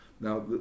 Now